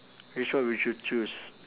which one would you choose